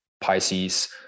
pisces